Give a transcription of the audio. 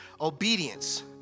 Obedience